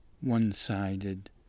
one-sided